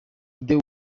the